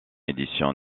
édition